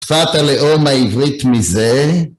שפת הלאום העברית מזה...